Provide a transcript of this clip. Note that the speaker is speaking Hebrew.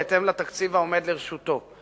בהתאם לתקציב העומד לרשותו.